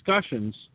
discussions